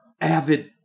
avid